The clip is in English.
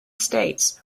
states